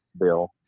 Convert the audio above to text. bill